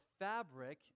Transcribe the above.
fabric